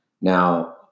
Now